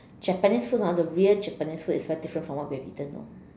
Japanese food hor the real Japanese food is very different from what we have eaten you know